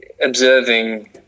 observing